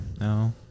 No